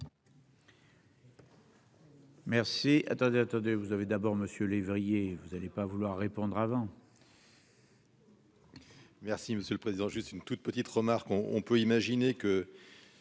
Merci, attendez, attendez, vous avez d'abord Monsieur lévriers vous allez pas vouloir répondre avant. Merci monsieur le président, juste une toute petite remarque on, on peut imaginer que